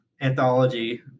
anthology